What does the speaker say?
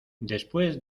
después